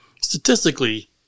Statistically